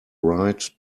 right